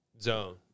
zone